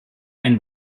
ein